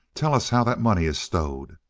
tell us how that money is stowed.